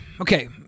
okay